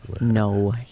No